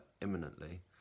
imminently